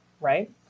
right